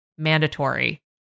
mandatory